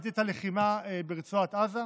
בעת הלחימה ברצועת עזה,